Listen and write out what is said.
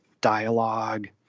dialogue